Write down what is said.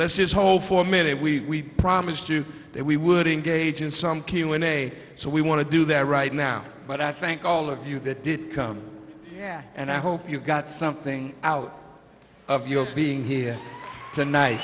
let's just hope for a minute we promised you that we would engage in some key when a so we want to do that right now but i thank all of you that did come yeah and i hope you got something out of your being here tonight